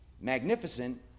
magnificent